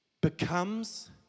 becomes